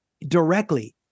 directly